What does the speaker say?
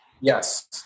Yes